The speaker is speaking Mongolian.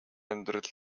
амьдрал